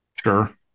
Sure